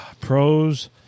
Pros